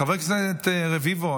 חבר הכנסת רביבו,